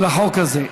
לחוק הזה.